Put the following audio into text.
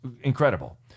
incredible